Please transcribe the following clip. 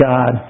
God